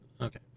Okay